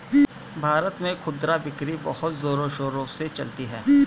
भारत में खुदरा बिक्री बहुत जोरों शोरों से चलती है